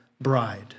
bride